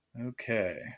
Okay